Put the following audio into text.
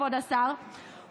כבוד השר,